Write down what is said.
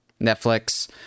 Netflix